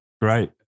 great